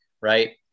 right